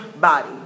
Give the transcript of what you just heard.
body